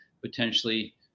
potentially